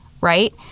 right